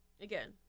again